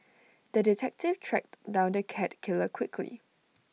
the detective tracked down the cat killer quickly